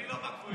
אני לא מהגבוהים.